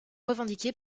revendiquée